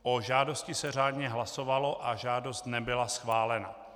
O žádosti se řádně hlasovalo a žádost nebyla schválena.